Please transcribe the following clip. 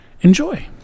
Enjoy